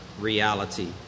reality